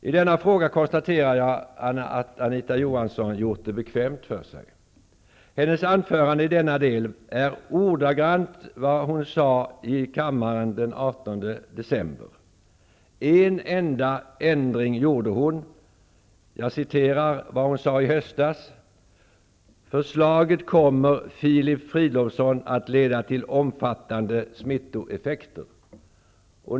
I denna fråga konstaterar jag att Anita Johansson har gjort det bekvämt för sig. Hennes anförande i denna del är ordagrant vad hon sade i kammaren den 18 december. En enda ändring gjorde hon. Hon sade i höstas: ''Förslaget kommer, Filip Fridolfsson, att leda till omfattande smittoeffekter.''